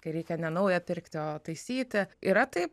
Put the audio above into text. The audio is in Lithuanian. kai reikia ne naują pirkti o taisyti yra taip